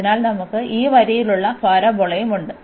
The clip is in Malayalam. അതിനാൽ നമുക്ക് ഈ വരിയുള്ള പരാബോളയുണ്ട്